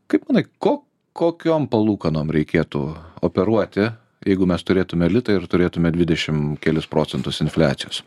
kaip manai ko kokiom palūkanom reikėtų operuoti jeigu mes turėtumėme litą ir turėtumėme dvidešimt kelis procentus infliacijos